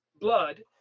blood